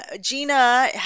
Gina